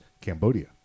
cambodia